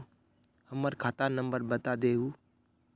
हमर खाता नंबर बता देहु?